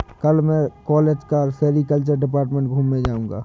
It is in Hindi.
कल मैं कॉलेज का सेरीकल्चर डिपार्टमेंट घूमने जाऊंगा